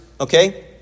Okay